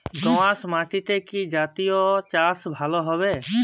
দোয়াশ মাটিতে কি জাতীয় চাষ ভালো হবে?